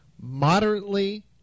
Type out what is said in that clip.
Moderately